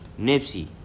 Nipsey